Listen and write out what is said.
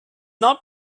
not